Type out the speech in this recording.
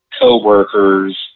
coworkers